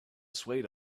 swayed